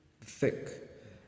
Thick